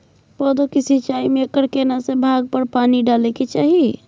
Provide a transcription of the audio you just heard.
पौधों की सिंचाई में एकर केना से भाग पर पानी डालय के चाही?